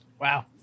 Wow